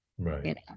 Right